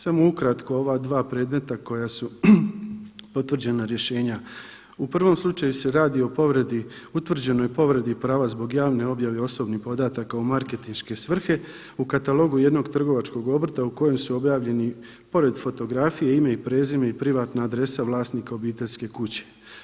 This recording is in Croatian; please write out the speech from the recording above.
Samo ukratko ova dva predmeta koja su potvrđena rješenja u prvom slučaju se radi o povredi, utvrđenoj povredi prava zbog javne objave osobnih podataka u marketinške svrhe u katalogu jednog trgovačkog obrta u kojem su objavljeni pored fotografije ime i prezime i privatna adresa vlasnika obiteljske kuće.